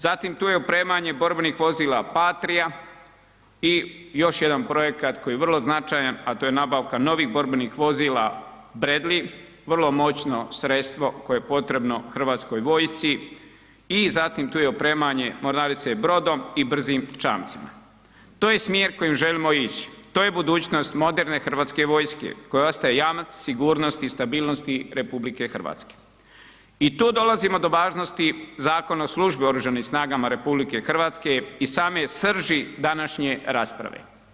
Zatim tu je opremanje borbenih vozila Patria i još jedan projekat koji je vrlo značajan, a to je nabavka novih borbenih vozila Bradley, vrlo moćno sredstvo koje je potrebno HV-u i zatim tu je opremanje mornarice brodom i brzim čamcima, to je smjer kojim želimo ići, to je budućnost moderne HV-a koja ostaje jamac i stabilnosti RH i tu dolazimo do važnosti Zakona o službi u oružanim snagama RH i same srži današnje rasprave.